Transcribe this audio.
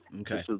Okay